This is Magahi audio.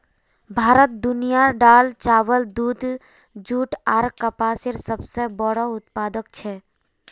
भारत दुनियार दाल, चावल, दूध, जुट आर कपसेर सबसे बोड़ो उत्पादक छे